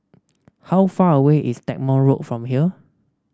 how far away is Stagmont Road from here